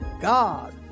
God